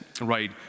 right